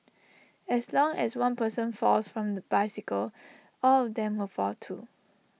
as long as one person falls from the bicycle all of them will fall too